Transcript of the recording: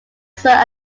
sir